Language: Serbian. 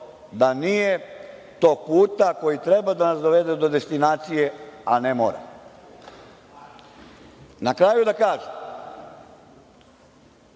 da nije tog puta koji treba da nas dovede do destinacije, a ne mora. Na kraju, da kažem